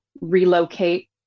relocate